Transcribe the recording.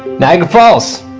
niagara falls,